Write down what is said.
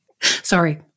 Sorry